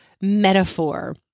metaphor